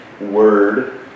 word